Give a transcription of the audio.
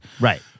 right